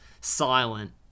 silent